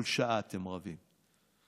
כל שעה אתם רבים.